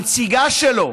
הנציגה שלו,